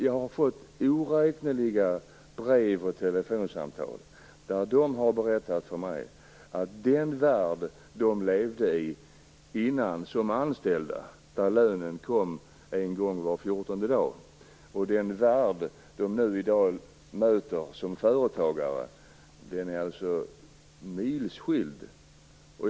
Jag har dock fått oräkneliga brev och telefonsamtal där dessa personer berättat för mig att det är en milsvid skillnad mellan den värld som de som anställda levde i, där lönen kom en gång var fjortonde dag, och den värld som de i dag som företagare möter.